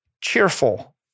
cheerful